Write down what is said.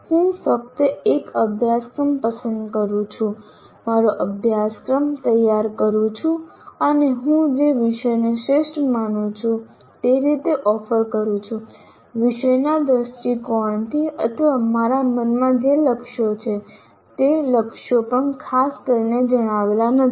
હું ફક્ત એક અભ્યાસક્રમ પસંદ કરું છું મારો અભ્યાસક્રમ તૈયાર કરું છું અને હું જે વિષયને શ્રેષ્ઠ માનું છું તે રીતે ઓફર કરું છું વિષયના દૃષ્ટિકોણથી અથવા મારા મનમાં જે લક્ષ્યો છે તે લક્ષ્યો પણ ખાસ કરીને જણાવેલા નથી